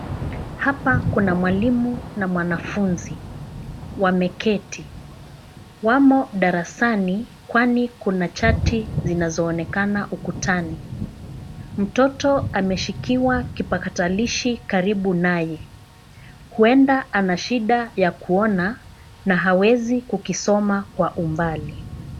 Hapa kuna mwalimu na mwanafunzi wameketi. Wamo darasani kwani kuna chati zinazoonekana ukutani. Mtoto ameshikiwa kipakatalishi karibu naye. Huenda ana shida ya kuona na hawezi kukisoma kwa umbali.